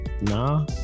nah